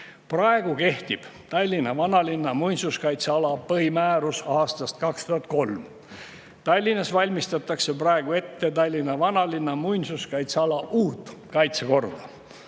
Praegu kehtib Tallinna vanalinna muinsuskaitseala põhimäärus aastast 2003. Tallinnas valmistatakse praegu ette Tallinna vanalinna muinsuskaitseala uut kaitsekorda.